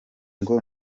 ngo